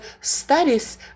studies